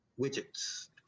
widgets